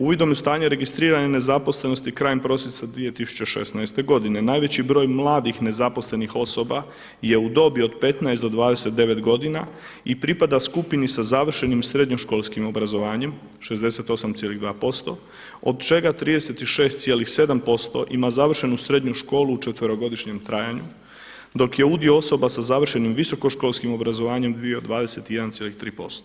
Uvidom u stanje registrirane nezaposlenosti krajem prosinca 2016. godine najveći broj mladih nezaposlenih osoba je u dobi od 15 do 29 godina i pripada skupini sa završenim srednjoškolskim obrazovanjem 68,2% od čega 36,7% ima završenu srednju školu u četverogodišnjem trajanju, dok je udio osoba sa završenim visokoškolskim obrazovanjem bio 21,3%